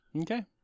Okay